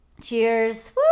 Cheers